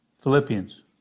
Philippians